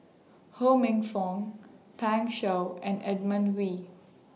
Ho Minfong Pan Shou and Edmund Wee